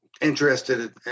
interested